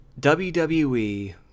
WWE